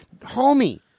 homie